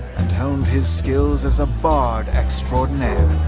and honed his skills as a bard extraordinaire.